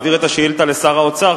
להעביר את השאילתא לשר האוצר,